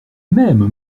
mêmes